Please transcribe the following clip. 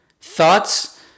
thoughts